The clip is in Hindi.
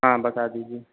हाँ बता दीजिए